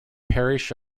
parish